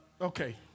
Okay